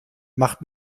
macht